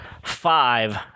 five